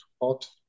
hot